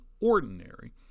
ordinary